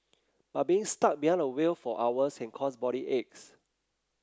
but being stuck behind the wheel for hours can cause body aches